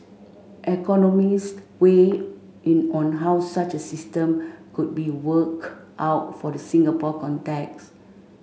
economists weighed in on how such a system could be worked out for the Singapore context